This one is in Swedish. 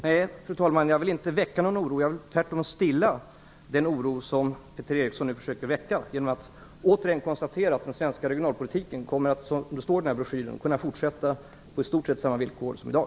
Fru talman! Nej, jag vill inte väcka någon oro. Tvärtom vill jag stilla den oro som Peter Eriksson nu försöker väcka genom att återigen konstatera att den svenska regionalpolitiken, som det står i broschyren, kommer att kunna fortsätta på i stort sett samma villkor som i dag.